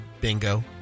bingo